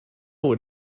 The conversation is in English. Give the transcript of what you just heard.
what